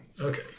Okay